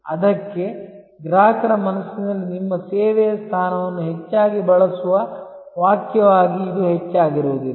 ಅದಕ್ಕೆ ಗ್ರಾಹಕರ ಮನಸ್ಸಿನಲ್ಲಿ ನಿಮ್ಮ ಸೇವೆಯ ಸ್ಥಾನವನ್ನು ಹೆಚ್ಚಾಗಿ ಬಳಸುವ ವಾಕ್ಯವಾಗಿ ಇದು ಹೆಚ್ಚಾಗಿರುವುದಿಲ್ಲ